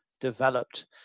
developed